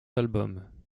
albums